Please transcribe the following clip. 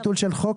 ביטול של חוק,